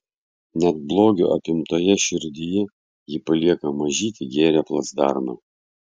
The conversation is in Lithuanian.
net blogio apimtoje širdyje ji palieka mažytį gėrio placdarmą